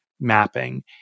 mapping